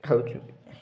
ଖାଉଛୁ